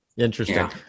Interesting